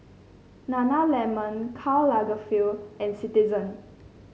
Nana Lemon Karl Lagerfeld and Citizen